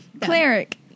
Cleric